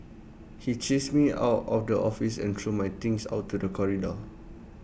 he chased me out of the office and threw my things out to the corridor